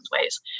ways